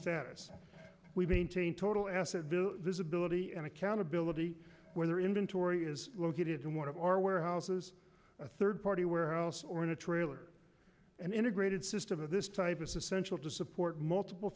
status we maintain total asset visibility and accountability where their inventory is located in one of our warehouses a third party warehouse or in a trailer an integrated system of this type is essential to support multiple